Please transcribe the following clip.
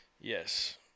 Yes